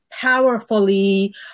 powerfully